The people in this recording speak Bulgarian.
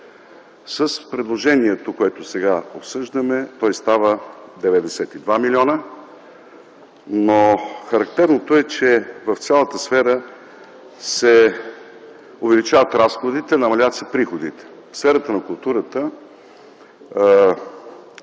С предложението, което сега обсъждаме, той става 92 милиона, но характерното е, че в цялата сфера се увеличават разходите, намаляват се приходите. В сферата на културата